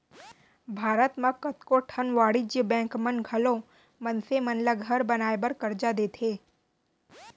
भारत म कतको ठन वाणिज्य बेंक मन घलौ मनसे मन ल घर बनाए बर करजा देथे